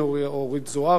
אורית זוארץ,